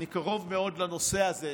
אני קרוב מאוד לנושא הזה.